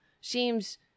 seems